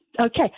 Okay